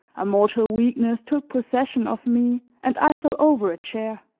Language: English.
a mortal weakness took possession of me and i fell over a chair.